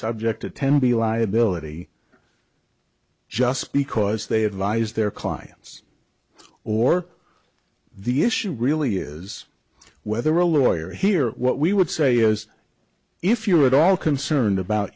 subject to tenby liability just because they advise their clients or the issue really is whether a lawyer here what we would say is if you were at all concerned about